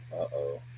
Uh-oh